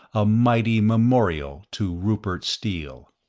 a mighty memorial to rupert steele.